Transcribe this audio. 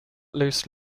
loose